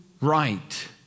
right